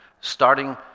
Starting